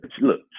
Look